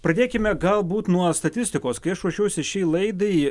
pradėkime galbūt nuo statistikos kai aš ruošiausi šiai laidai